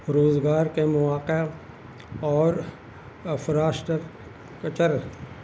روزگار کے مواقع اور افراشٹر چر